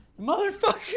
Motherfucker